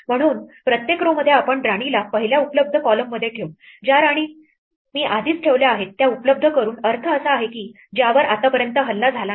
म्हणून प्रत्येक row मध्ये आपण राणीला पहिल्या उपलब्ध column मध्ये ठेवू ज्या राण्या मी आधीच ठेवल्या आहेत त्या उपलब्ध करूनअर्थ असा आहे की ज्यावर आतापर्यंत हल्ला झाला नाही